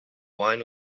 wine